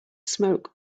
smoke